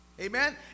Amen